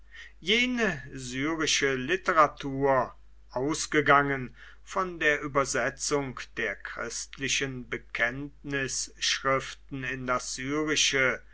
jene syrische literatur ausgegangen von der übersetzung der christlichen bekenntnisschriften in das syrische